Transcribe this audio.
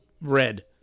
red